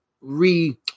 re